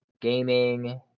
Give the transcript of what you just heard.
gaming